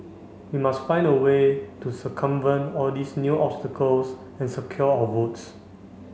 we must find a way to circumvent all these new obstacles and secure our votes